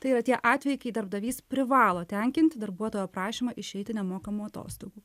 tai yra tie atvejai kai darbdavys privalo tenkinti darbuotojo prašymą išeiti nemokamų atostogų